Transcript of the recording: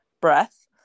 breath